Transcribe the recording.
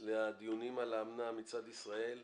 לדיונים על האמנה מצד ישראל.